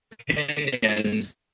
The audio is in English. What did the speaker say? opinions